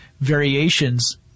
variations